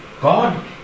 God